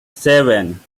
seven